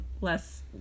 less